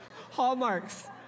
Hallmarks